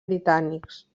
britànics